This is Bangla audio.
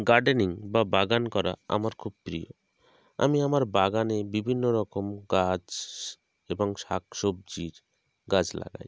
গার্ডেনিং বা বাগান করা আমার খুব প্রিয় আমি আমার বাগানে বিভিন্ন রকম গাছ এবং শাক সবজির গাছ লাগাই